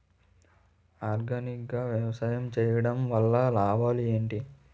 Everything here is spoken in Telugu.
ఆర్గానిక్ గా వ్యవసాయం చేయడం వల్ల లాభాలు ఏంటి?